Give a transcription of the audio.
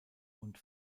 und